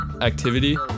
activity